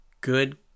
good